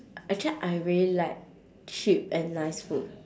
actually I really like cheap and nice food